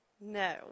No